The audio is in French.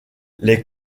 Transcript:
les